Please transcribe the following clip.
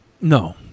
No